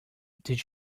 did